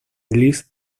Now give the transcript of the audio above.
list